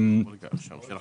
מועצת